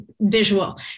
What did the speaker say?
visual